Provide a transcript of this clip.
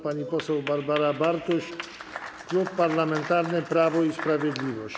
Pani poseł Barbara Bartuś, Klub Parlamentarny Prawo i Sprawiedliwość.